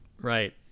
right